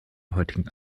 heutigen